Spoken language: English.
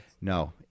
no